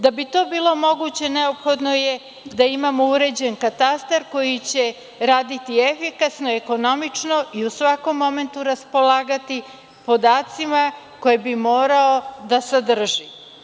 Da bi to bilo moguće, neophodno je da imamo uređen katastar koji će raditi efikasno, ekonomično i u svakom momentu raspolagati podacima koje bi morao da sadrži.